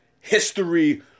history